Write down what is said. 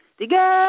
Together